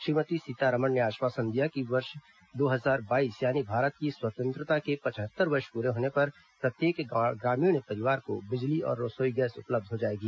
श्रीमती सीतारमण ने आश्वासन दिया कि दो हजार बाईस यानी भारत की स्वतंत्रता के पचहत्तर वर्ष पूरे होने पर प्रत्येक ग्रामीण परिवार को बिजली और रसोई गैस उपलब्ध हो जायेगी